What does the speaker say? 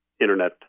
Internet